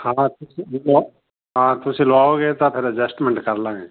ਹਾਂ ਤੁਸੀਂ ਵੀ ਲਓ ਹਾਂ ਤੁਸੀਂ ਲਓਗੇ ਤਾਂ ਫੇਰ ਐਡਜਸਟਮੈਂਟ ਕਰ ਲਵਾਂਗੇ